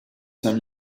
saint